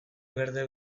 berde